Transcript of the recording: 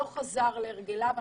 לא חזרו להרגליהם.